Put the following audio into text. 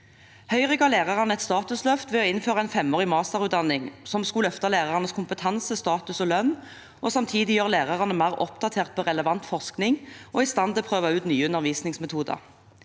Høyre ga lærerne et statusløft ved å innføre en femårig masterutdanning, som skulle løfte lærernes kompetanse, status og lønn og samtidig gjøre lærerne mer oppdatert på relevant forskning og i stand til å prøve ut nye undervisningsmetoder.